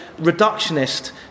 reductionist